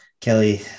Kelly